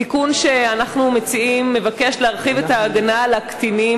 התיקון שאנחנו מציעים מבקש להרחיב את ההגנה על הקטינים